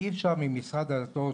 אי אפשר ממשרד הדתות,